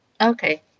Okay